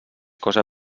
cosa